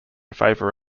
favour